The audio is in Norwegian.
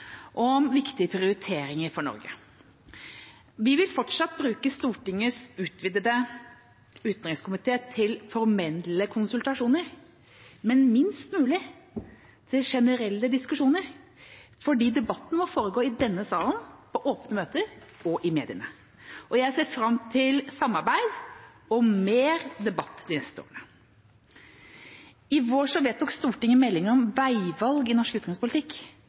om viktige prioriteringer for Norge. Vi vil fortsatt bruke Stortingets utvidede utenriks- og forsvarskomité til formelle konsultasjoner, men minst mulig til generelle diskusjoner, fordi debatten må foregå i denne salen, på åpne møter og i mediene. Jeg ser fram til samarbeid og mer debatt de neste årene. I vår vedtok Stortinget en melding om veivalg i norsk utenrikspolitikk.